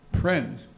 friend